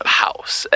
house